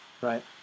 right